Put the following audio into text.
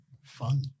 fun